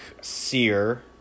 sear